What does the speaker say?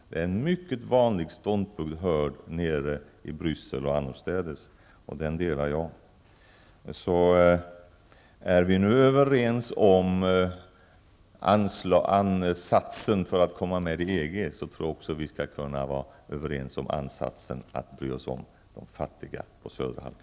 Det är en mycket van ståndpunkt, hörd nere i Bryssel och annorstädes. Jag delar den. Om vi nu är överens om ansatsen för att komma med i EG, tror jag också att vi skall kunna komma överens om ansatsen att bry oss om de fattiga på södra halvklotet.